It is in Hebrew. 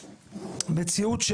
מציאות,